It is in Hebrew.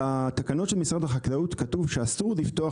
בתקנות של משרד החקלאות כתוב שאסור לפתוח